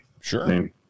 Sure